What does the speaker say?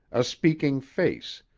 a speaking face,